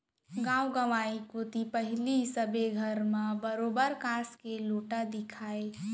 गॉंव गंवई कोती पहिली सबे घर म बरोबर कांस के लोटा दिखय